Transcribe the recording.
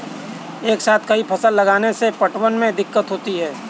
एक साथ कई फसल लगाने से पटवन में दिक्कत होती है